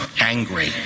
angry